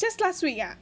just last week ah